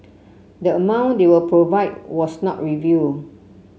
the amount they will provide was not revealed